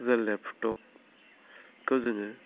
जे लेपटपखौ जोङो